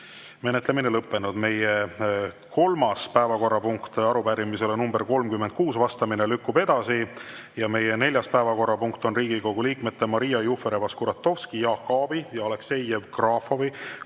menetlemine on lõppenud. Meie kolmas päevakorrapunkt, arupärimisele nr 36 vastamine, lükkub edasi. Meie neljas päevakorrapunkt on Riigikogu liikmete Maria Jufereva-Skuratovski, Jaak Aabi ja Aleksei Jevgrafovi